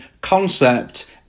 concept